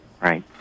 Right